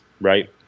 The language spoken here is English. right